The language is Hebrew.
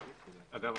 אגב,